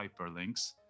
hyperlinks